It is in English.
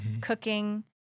cooking